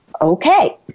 Okay